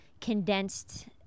condensed